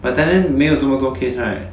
but thailand 没有这么多 case right